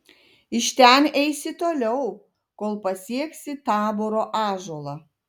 iš ten eisi toliau kol pasieksi taboro ąžuolą